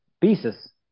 pieces